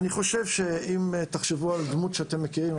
אם תחשבו על דמות שאתם מכירים,